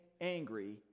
angry